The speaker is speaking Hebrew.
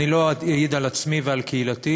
אני לא אעיד על עצמי ועל קהילתי,